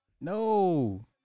No